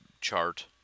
chart